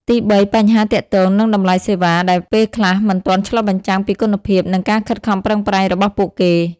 ទីបី បញ្ហាទាក់ទងនឹងតម្លៃសេវា ដែលពេលខ្លះមិនទាន់ឆ្លុះបញ្ចាំងពីគុណភាព និងការខិតខំប្រឹងប្រែងរបស់ពួកគេ។